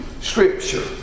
Scripture